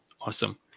Awesome